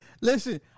Listen